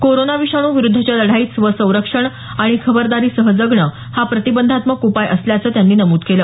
corona विषाणू विरुद्धच्या लढाईत स्वसंरक्षण आणि खबरदारीसह जगणं हा प्रतिबंधात्मक उपाय असल्याचं त्यांनी नमूद केलं